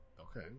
okay